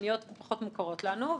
חדשניות פחות מוכרות לנו.